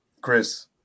Chris